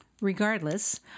Regardless